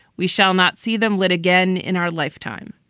we shall not see them lit again in our lifetime.